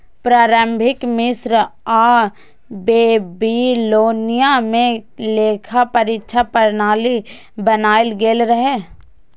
प्रारंभिक मिस्र आ बेबीलोनिया मे लेखा परीक्षा प्रणाली बनाएल गेल रहै